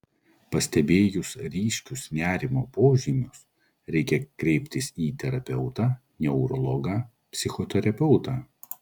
pastebėjus ryškius nerimo požymius reikia kreiptis į terapeutą neurologą psichoterapeutą